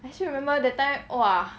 I still remember that time !wah!